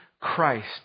Christ